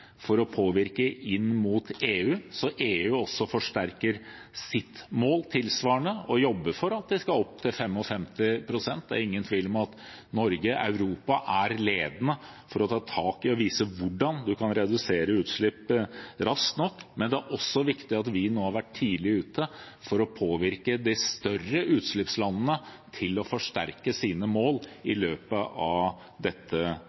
for å påvirke EU, slik at også EU forsterker sitt mål med tilsvarende og jobber for at de kommer opp til 50–55 pst. Det er ingen tvil om at Norge og Europa er ledende i å ta tak i og vise hvordan man kan redusere utslipp raskt nok. Men det er også viktig at vi har vært tidlig ute med tanke på å påvirke de større utslippslandene til å forsterke sine mål i løpet av dette